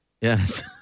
Yes